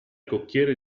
cocchiere